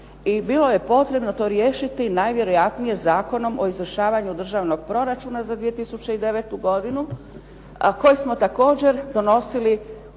i bilo je potrebno to riješiti najvjerojatnije Zakonom o izvršavanju Državnog proračuna za 2009. godinu, a koji smo također donosili